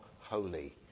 holy